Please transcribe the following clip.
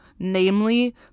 namely